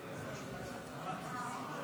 כן,